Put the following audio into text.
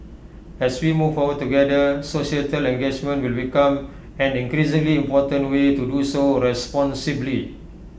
as we move forward together societal engagement will become an increasingly important way to do so responsibly